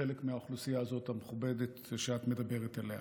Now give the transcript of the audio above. חלק מהאוכלוסייה הזאת, המכובדת, שאת מדברת עליה.